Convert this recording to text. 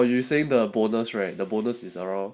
ah 对对 you saying the bonus right the bonus is around